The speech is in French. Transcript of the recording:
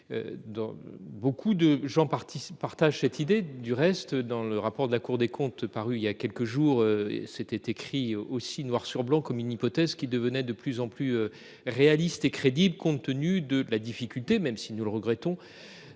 beaucoup de gens participent, partagent cette idée du reste dans le rapport de la Cour des comptes paru il y a quelques jours c'était écrit aussi noir sur blanc comme une hypothèse qui devenait de plus en plus réaliste et crédible. Compte tenu de la difficulté, même si nous le regrettons.